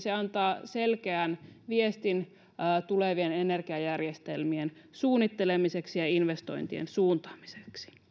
se antaa selkeän viestin tulevien energiajärjestelmien suunnittelemiseksi ja investointien suuntaamiseksi